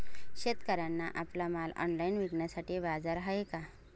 शेतकऱ्यांना आपला माल ऑनलाइन विकण्यासाठी बाजार आहे का?